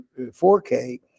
4K